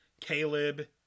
Caleb